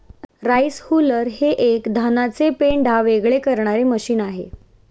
rice huller हे एक धानाचे पेंढा वेगळे करणारे मशीन आहे